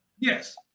Yes